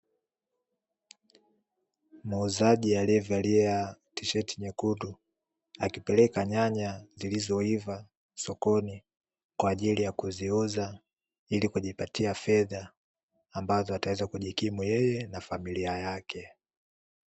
Muuzaji aliyevalia tisheti nyekundu, akipeleka nyanya zilizoiva sokoni kwa ajili ya kuziuza ili kujipatia fedha ambazo ataweza kujikimu yeye na familia yake.